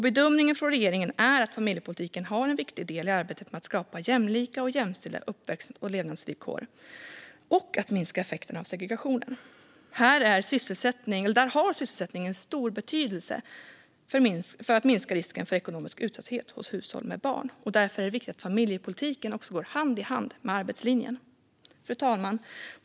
Bedömningen från regeringen är att familjepolitiken är en viktig del i arbetet med att skapa jämlika och jämställda uppväxt och levnadsvillkor och att minska effekterna av segregationen. Där har sysselsättningen en stor betydelse för att minska risken för ekonomisk utsatthet hos hushåll med barn. Därför är det viktigt att familjepolitiken också går hand i hand med arbetslinjen. Fru talman!